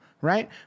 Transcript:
Right